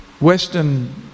Western